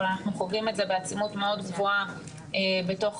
אבל אנחנו חווים זאת בעצימות מאוד גבוהה בתוך